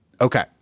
okay